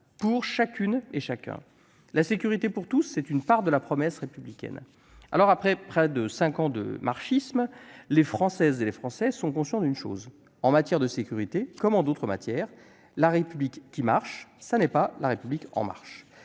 pour chacune et chacun. La sécurité pour tous, c'est une part de la promesse républicaine. Après presque cinq ans de « marchisme », les Françaises et les Français ont pu faire un constat : en matière de sécurité, comme en d'autres matières, la République qui marche, ce n'est pas la République en marche.